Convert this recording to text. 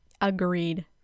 agreed